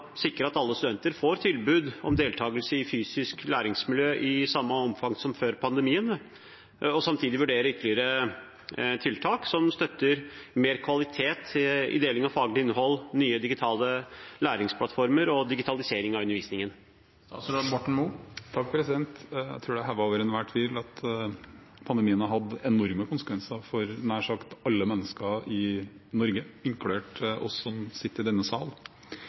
sikre at alle studenter får tilbud om deltakelse i fysiske læringsmiljø i samme omfang som før pandemien, og samtidig vurdere ytterligere tiltak som støtter mer kvalitet i deling av faglig innhold, nye digitale læringsplattformer og digitalisering av undervisningen? Jeg tror det er hevet over enhver tvil at pandemien har hatt enorme konsekvenser for nær sagt alle mennesker i Norge, inkludert oss som sitter i denne sal,